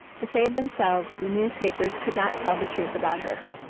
to save themselves, the newspapers could not tell the truth about her.